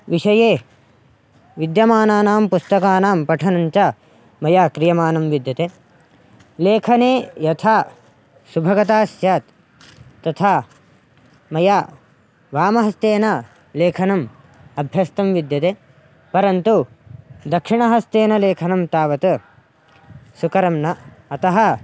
विषये विद्यमानानां पुस्तकानां पठनञ्च मया क्रियमाणं विद्यते लेखने यथा सुभगता स्यात् तथा मया वामहस्तेन लेखनम्